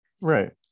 Right